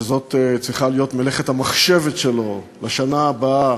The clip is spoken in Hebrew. שזאת צריכה להיות מלאכת המחשבת שלו בשנה הבאה,